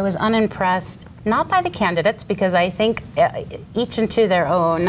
was unimpressed not by the candidates because i think each into their own